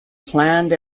planned